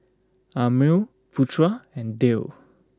Ammir Putra and Dhia